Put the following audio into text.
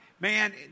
Man